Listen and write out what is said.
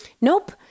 Nope